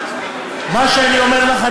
מה שאני אומר לך,